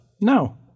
no